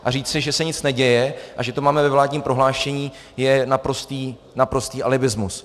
A říci, že se nic neděje a že to máme ve vládním prohlášení, je naprostý alibismus.